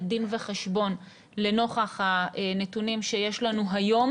דין וחשבון לנוכח הנתונים שיש לנו היום